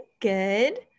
good